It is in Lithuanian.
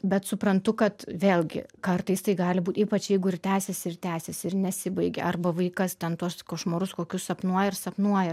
bet suprantu kad vėlgi kartais tai gali būt ypač jeigu ir tęsiasi ir tęsiasi ir nesibaigia arba vaikas ten tuos košmarus kokius sapnuoja ir sapnuoja